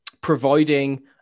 providing